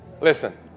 Listen